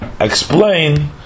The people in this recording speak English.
explain